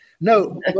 No